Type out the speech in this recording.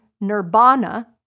Nirvana